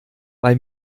bei